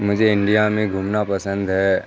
مجھے انڈیا میں گھومنا پسند ہے